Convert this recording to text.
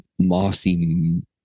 mossy